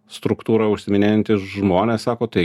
struktūra užsiiminėjantys žmonės sako tai